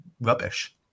rubbish